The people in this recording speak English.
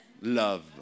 love